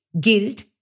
guilt